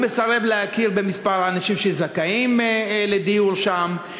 הוא מסרב להכיר במספר האנשים שזכאים לדיור שם,